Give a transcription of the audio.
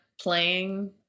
playing